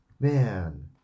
Man